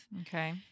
Okay